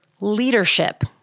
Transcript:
leadership